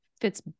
fits